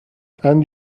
and